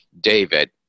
David